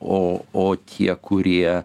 o o tie kurie